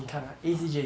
ah